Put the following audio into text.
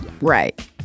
Right